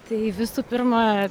tai visų pirma